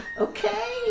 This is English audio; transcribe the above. Okay